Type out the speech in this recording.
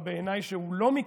בעיניי זה דבר שהוא לא מקרי,